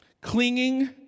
Clinging